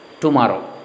tomorrow